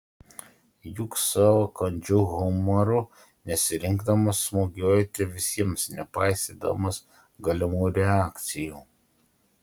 juk savo kandžiu humoru nesirinkdamas smūgiuojate visiems nepaisydamas galimų reakcijų